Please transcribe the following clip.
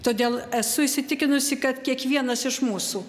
todėl esu įsitikinusi kad kiekvienas iš mūsų